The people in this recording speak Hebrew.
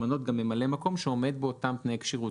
למנות גם ממלא מקום שעומד באותם תנאי כשירות.